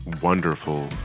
wonderful